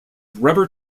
rubber